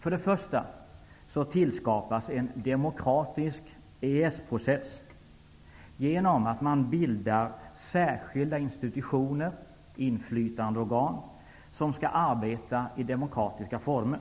För det första tillskapas en demokratisk EES process genom att man bildar särskilda institutioner, inflytandeorgan, som skall arbeta i demokratiska former.